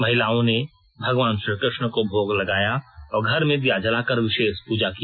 महिलाओं ने भगवान श्रीकृष्ण को भोग लगाया और घर में दीया जलाकर विशेष पूजा की